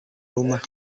rumah